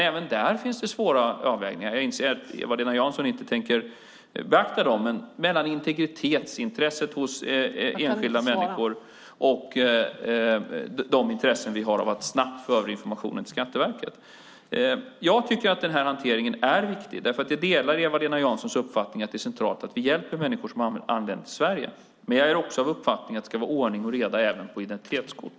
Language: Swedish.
Även där finns det svåra avvägningar - jag inser att Eva-Lena Jansson inte tänker beakta dem - mellan integritetsintresset hos enskilda människor och de intressen vi har av att snabbt föra över informationen till Skatteverket. Jag tycker att den här hanteringen är riktig. Jag delar Eva-Lena Janssons uppfattning att det är centralt att vi hjälper människor som har anlänt till Sverige, men jag är också av uppfattningen att det ska vara ordning och reda även på identitetskort.